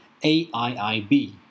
AIIB